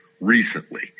recently